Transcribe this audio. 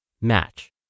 match